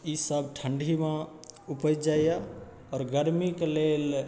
ई सब ठण्डीमे उपजि जाइया आओर गर्मी कऽ लेल